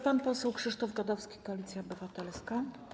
Pan poseł Krzysztof Gadowski, Koalicja Obywatelska.